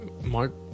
Mark